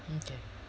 okay